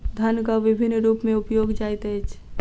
धनक विभिन्न रूप में उपयोग जाइत अछि